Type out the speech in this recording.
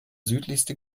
südlichste